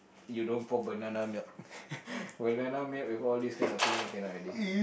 you don't pour banana milk banana milk with all these kind of things I cannot already